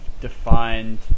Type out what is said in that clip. defined